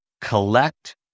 collect